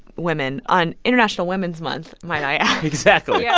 women on international women's month, might i add exactly yeah